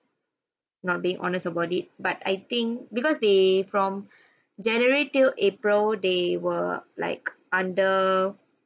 not being honest about it but I think because they from january till april they were like under